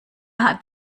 hat